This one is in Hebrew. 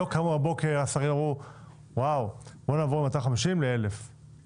לא קמו בבוקר השרים ואמרו שנעבור מ-250 ל-1,000 שקלים,